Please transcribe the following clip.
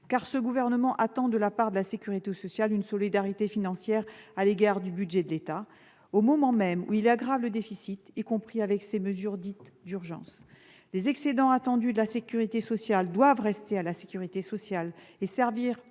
Car ce gouvernement attend de la part de la sécurité sociale une solidarité financière à l'égard du budget de l'État au moment même où il aggrave le déficit, y compris avec ces mesures dites « d'urgence ». Les excédents attendus de la sécurité sociale doivent rester à la sécurité sociale et servir au